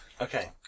Okay